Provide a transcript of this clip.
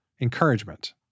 Encouragement